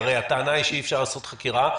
הרי הטענה היא שאי-אפשר לעשות חקירה.